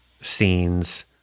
scenes